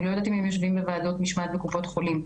אני לא יודעת אם הם יושבים בוועדות משמעת בקופות החולים.